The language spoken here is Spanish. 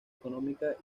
económica